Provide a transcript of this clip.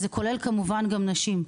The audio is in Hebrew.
וזה כולל כמובן גם נשים.